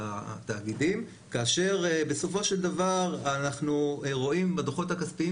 התאגידים כאשר בסופו של דבר אנחנו רואים בדוחות הכספיים